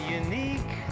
unique